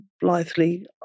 blithely